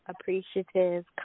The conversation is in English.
appreciative